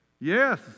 Yes